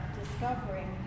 discovering